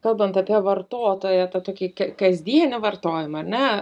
kalbant apie vartotoją tą tokį ka kasdienį vartojimą ar ne